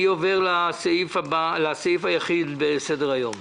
אני עובר לסעיף היחיד בסדר היום.